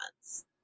months